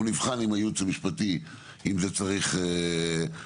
אנחנו נבחן עם הייעוץ המשפטי אם זה צריך חקיקה.